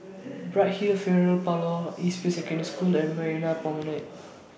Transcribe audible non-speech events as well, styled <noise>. <noise> Bright Hill Funeral Parlour East View Secondary School and Marina Promenade